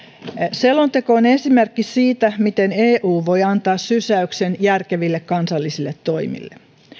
selonteko on esimerkki siitä miten eu voi antaa sysäyksen järkeville kansallisille toimille